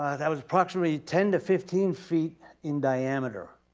that was approximately ten to fifteen feet in diameter.